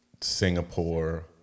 singapore